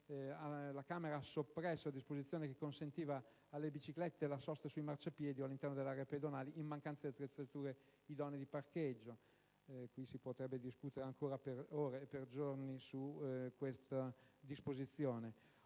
la Camera ha soppresso la disposizione che consentiva alle biciclette la sosta sui marciapiedi all'interno delle aree pedonali in mancanza di strutture idonee di parcheggio. Si potrebbe discutere ancora per ore e per giorni su questa disposizione,